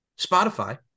spotify